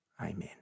Amen